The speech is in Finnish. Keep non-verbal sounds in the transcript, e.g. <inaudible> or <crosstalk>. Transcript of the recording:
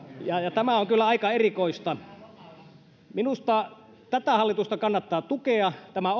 ja ja tämä on kyllä aika erikoista minusta tätä hallitusta kannattaa tukea tämä <unintelligible>